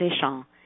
Deschamps